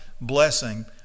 blessing